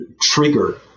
trigger